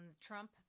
Trump